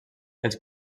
els